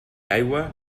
aigua